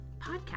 Podcast